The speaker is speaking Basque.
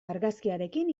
argazkiarekin